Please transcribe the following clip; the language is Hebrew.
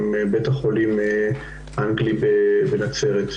עם בית החולים האנגלי בנצרת.